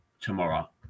tomorrow